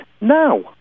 now